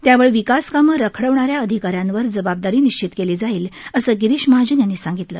त्यावर विकासकामं राखडवणाऱ्या अधिकाऱ्यांवर जबबादारी निश्चित केली जाईल असं गिरीश महाजन यांनी सांगितलं